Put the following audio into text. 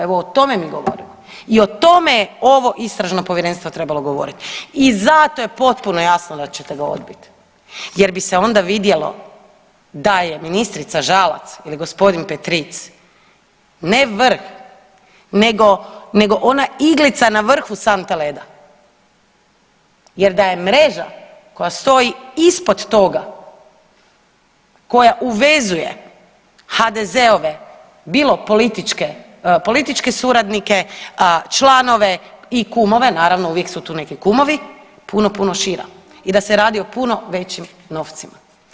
Evo o tome mi govorimo i o tome je ovo istražno povjerenstvo trebalo govorit i zato je potpuno jasno da ćete ga odbit jer bi se onda vidjelo da je ministrica Žalac ili g. Petric ne vrh nego, nego ona iglica na vrhu sante leda jer da je mreža koja stoji ispod toga, koja uvezuje HDZ-ove bilo političke, političke suradnike, članove i kumove, naravno uvijek su tu neki kumovi, puno puno šira i da se radi o puno većim novcima.